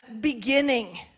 beginning